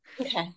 Okay